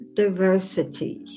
diversity